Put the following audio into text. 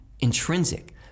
Intrinsic